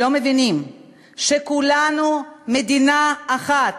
לא מבינות שכולנו מדינה אחת,